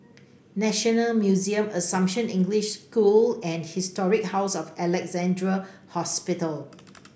National Museum Assumption English School and Historic House of Alexandra Hospital